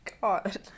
god